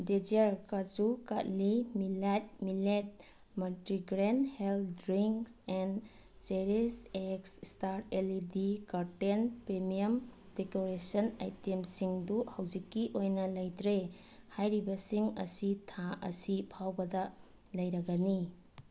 desire ꯀꯥꯖꯨ ꯀꯠꯂꯤ ꯃꯤꯂꯥꯏꯠ ꯃꯤꯠꯂꯦꯠ ꯃꯜꯇꯤꯒ꯭ꯔꯦꯟ ꯍꯦꯜ ꯗ꯭ꯔꯤꯡ ꯑꯦꯟ ꯆꯦꯔꯤꯁ ꯑꯦꯛꯁ ꯏꯁꯇꯥꯔ L E D curtain premium decoration ꯑꯥꯏꯇꯦꯝꯁꯤꯡꯗꯨ ꯍꯧꯖꯤꯛꯀꯤ ꯑꯣꯏꯅ ꯂꯩꯇ꯭ꯔꯦ ꯍꯥꯏꯔꯤꯕꯁꯤꯡ ꯑꯁꯤ ꯊꯥ ꯑꯁꯤ ꯐꯥꯎꯕꯗ ꯂꯩꯔꯒꯅꯤ